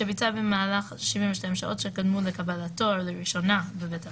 שביצע במהלך 72 השעות שקדמו לקבלתו לראשונה בבית המלון,